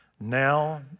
Now